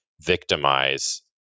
victimize